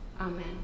Amen